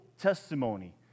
testimony